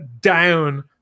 down